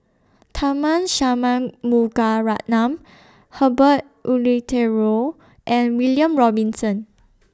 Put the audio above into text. Tharman Shanmugaratnam Herbert Eleuterio and William Robinson